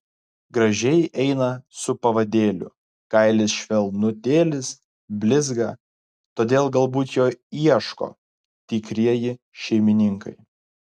gražiai eina su pavadėliu kailis švelnutėlis blizga todėl galbūt jo ieško tikrieji šeimininkai